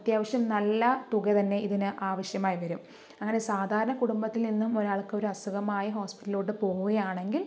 അത്യാവശ്യം നല്ല തുക തന്നെ ഇതിന് ആവിശ്യമായി വരും അങ്ങനെ സാധാരണ കുടുംബത്തിൽ നിന്നും ഒരാൾക്ക് ഒരു അസുഖമായി ഹോസ്പിറ്റലിലോട്ട് പോവുകയാണെങ്കിൽ